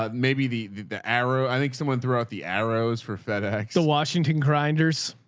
um maybe the, the arrow. i think someone threw out the arrows for fedex, the washington grinders,